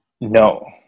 No